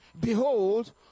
Behold